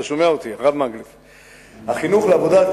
החינוך לעבודה,